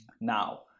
Now